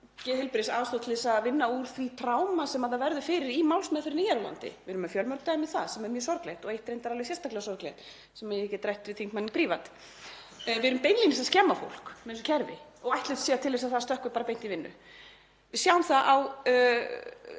geðheilbrigðisaðstoð til að vinna úr því tráma sem það verður fyrir í málsmeðferðinni hér á landi. Við erum með fjölmörg dæmi um það sem eru mjög sorgleg og eitt reyndar alveg sérstaklega sorglegt sem ég get rætt við þingmanninn prívat. En við erum beinlínis að skemma fólk með þessu kerfi og ætlumst síðan til þess að það stökkvi bara beint í vinnu. Við sjáum það